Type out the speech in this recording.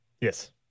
yes